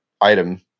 item